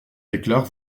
déclare